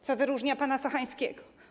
Co wyróżnia pana Sochańskiego?